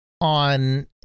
on